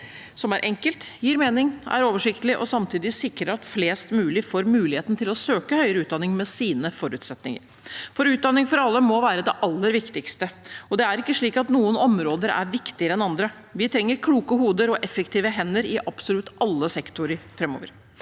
som er enkelt, gir mening, er oversiktlig og samtidig sikrer at flest mulig får muligheten til å søke høyere utdanning med sine forutsetninger. Utdanning for alle må være det aller viktigste. Det er ikke slik at noen områder er viktigere enn andre. Vi trenger kloke hoder og effektive hender i absolutt alle sektorer framover.